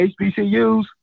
HBCUs